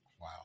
Wow